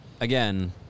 again